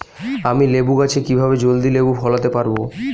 আমি লেবু গাছে কিভাবে জলদি লেবু ফলাতে পরাবো?